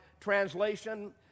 Translation